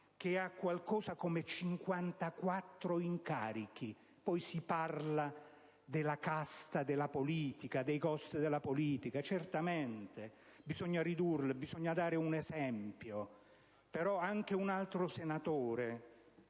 che ricopre qualcosa come 54 incarichi: poi si parla della casta della politica, dei costi della politica. Certamente, bisogna ridurre, bisogna dare un esempio. Però, anche un altro senatore